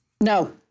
No